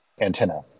antenna